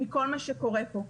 מכל מה שקורה פה.